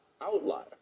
outlier